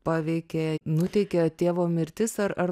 paveikė nuteikė tėvo mirtis ar ar